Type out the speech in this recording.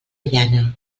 llana